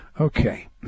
Okay